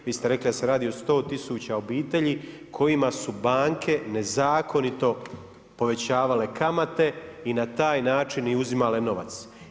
Vi ste rekli da se radi o 100 tisuća obitelji kojima su banke nezakonito povećavale kamate i na taj način uzimale novac?